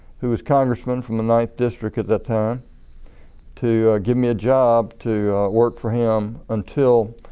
who was congressman from the ninth district at that time to give me a job to work for him until